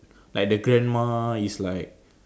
like the grandma is like